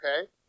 Okay